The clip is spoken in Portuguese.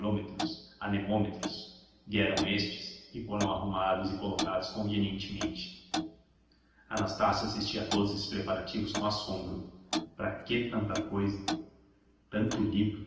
higrômetros anemômetros vieram estes e foram arrumados e colocados convenientemente anastácio assistia a todos esses preparativos com assombro para que tanta cousa tanto livro